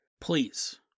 Please